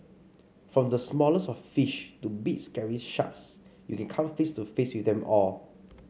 from the smallest of fish to big scary sharks you can come face to face with them all